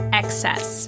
excess